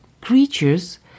creatures